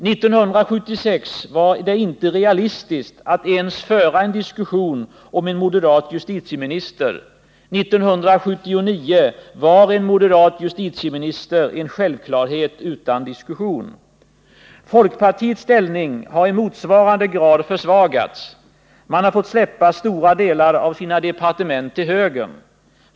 1976 var det inte realistiskt att ens föra en diskussion om en moderat justitieminister — 1979 var en moderat justitieminister en självklarhet utan diskussion. Folkpartiets ställning har i motsvarande grad försvagats. Man har fått släppa stora delar av sina departement till högern.